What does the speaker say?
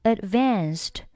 Advanced